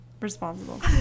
responsible